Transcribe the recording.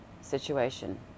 situation